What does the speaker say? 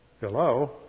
Hello